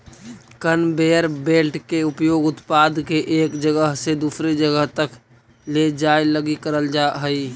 conveyor belt के उपयोग उत्पाद के एक जगह से दूसर जगह तक ले जाए लगी करल जा हई